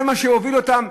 זה מה שהוביל אותם,